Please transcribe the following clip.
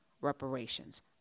reparations